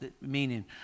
meaning